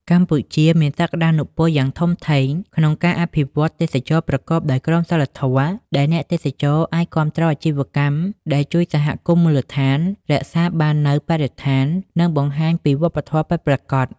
កម្ពុជាមានសក្តានុពលយ៉ាងធំធេងក្នុងការអភិវឌ្ឍទេសចរណ៍ប្រកបដោយក្រមសីលធម៌ ដែលអ្នកទេសចរអាចគាំទ្រអាជីវកម្មដែលជួយសហគមន៍មូលដ្ឋាន រក្សាបាននូវបរិស្ថាន និងបង្ហាញពីវប្បធម៌ពិតប្រាកដ ។